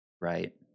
Right